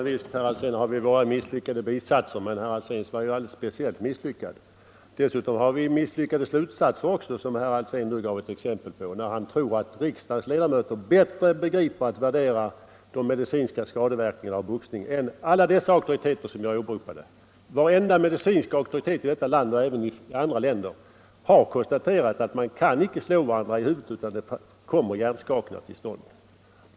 Herr talman! Visst har vi våra misslyckade bisatser, herr Alsén, men er var alldeles speciellt misslyckad. Dessutom drar vi misslyckade slutsatser, som herr Alsén nu gav exempel på när han anförde att riksdagens ledamöter bättre begriper att värdera de medicinska skadeverkningarna av boxning än alla de auktoriteter som jag åberopat. Varenda medicinsk auktoritet i detta land, och även i andra länder, har konstaterat att man inte kan slå varandra i huvudet utan att det kommer hjärnskakningar . till stånd.